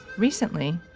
recently,